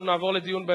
אנחנו נעבור לדיון.